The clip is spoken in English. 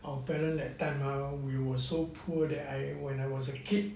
our parents that time ah we were so poor that I when I was a kid